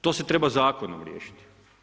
To se treba zakonom riješiti.